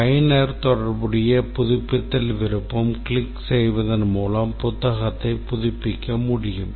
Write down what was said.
பயனர் தொடர்புடைய புதுப்பித்தல் விருப்பம் கிளிக் செய்வதன் மூலம் புத்தகத்தை புதுப்பிக்க முடியும்